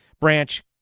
branch